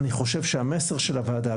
אני חושב שהמסר של הוועדה ברור,